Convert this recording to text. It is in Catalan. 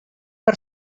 per